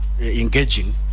engaging